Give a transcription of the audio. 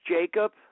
Jacob